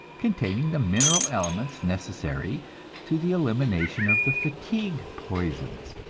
containing the mineral elements necessary to the elimination of the fatigue poisons.